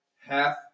half